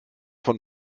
von